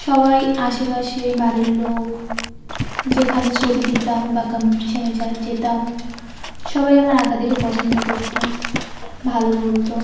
সবাই আশেপাশে বাড়ির লোক যেখানে ছবি দিতাম বা কম্পিটিশানে যেতাম সবাই আমার আঁকা দেখে পছন্দ করতো ভালো বলতো